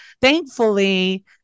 thankfully